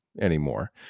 anymore